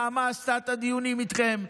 נעמה עשתה את הדיונים איתכם,